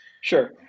sure